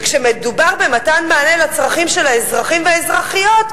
וכשמדובר במתן מענה לצרכים של האזרחים והאזרחיות,